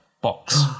box